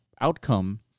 outcome